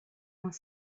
vingt